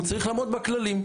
הוא צריך לעמוד בכללים,